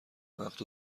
وقت